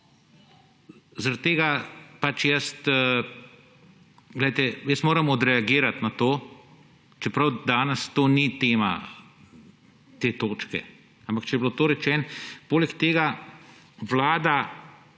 Zaradi tega pač jaz moram odreagirati na to, čeprav danes to ni tema te točke, ampak če je bilo to rečeno. Poleg tega Vlada